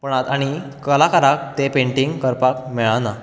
पूण आणी कलाकाराक ते पेंटिंग करपाक मेळना